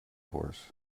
horse